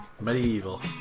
Medieval